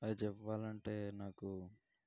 అది చెప్పాలి అంటే నాకు